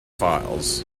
files